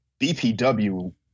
BPW